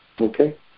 Okay